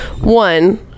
One